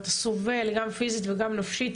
אתה סובל גם פיזית וגם נפשית,